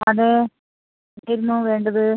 അതേ എന്നാണ് വേണ്ടത്